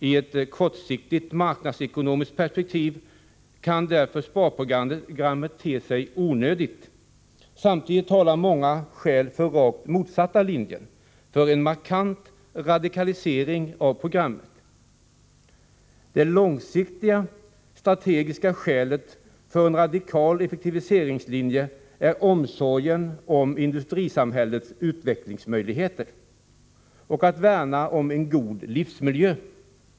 I ett kortsiktigt marknadsekonomiskt perspektiv kan därför sparprogrammet te sig onödigt. Samtidigt talar många skäl för rakt motsatt linje — för en markant radikalisering av programmet. Det långsiktigt strategiska skälet för en radikal effektiviseringslinje är omsorgen om industrisamhällets utvecklingsmöjligheter — samtidigt som man värnar om en god livsmiljö.